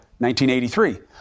1983